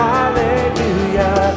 Hallelujah